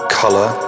color